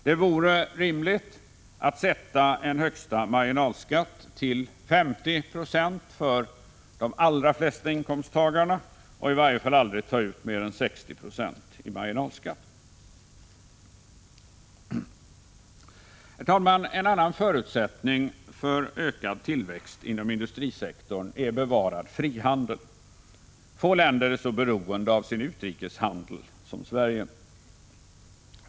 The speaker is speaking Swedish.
Det vore rimligt att sätta en högsta marginalskatt till 50 20 för de allra flesta inkomsttagarna och i varje fall aldrig ta ut mer än 60 20 i marginalskatt. Herr talman! En annan förutsättning för ökad tillväxt inom industrisektorn är bevarad frihandel. Få länder är så beroende av sin utrikeshandel som Sverige.